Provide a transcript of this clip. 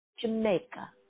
Jamaica